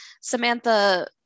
Samantha